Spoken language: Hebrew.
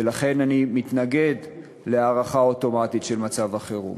ולכן אני מתנגד להארכה אוטומטית של מצב החירום.